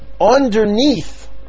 underneath